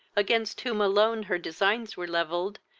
against whom alone her designs were levelled,